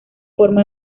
forma